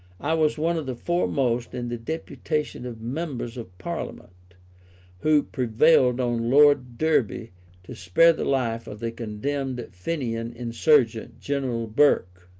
i was one of the foremost in the deputation of members of parliament who prevailed on lord derby to spare the life of the condemned fenian insurgent, general burke.